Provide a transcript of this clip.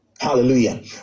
Hallelujah